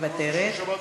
מוותרת.